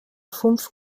fünf